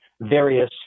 various